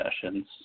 sessions